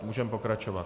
Můžeme pokračovat.